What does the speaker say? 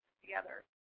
together